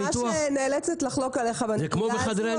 אני ממש נאלצת לחלוק עליך בנקודה הזו.